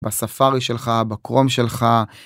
בספארי שלך, בכרום שלך.